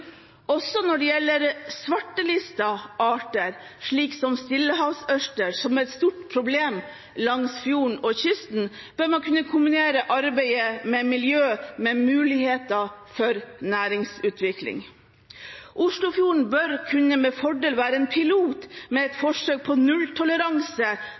Også når det gjelder svartelistede arter, som stillehavsøsters, som er et stort problem langs fjorden og langs kysten, bør man kunne kombinere arbeidet med miljø med muligheter for næringsutvikling. Oslofjorden bør med fordel kunne være en pilot i et forsøk på nulltoleranse for marin forsøpling, både gjennom ordninger med